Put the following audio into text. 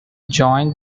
joined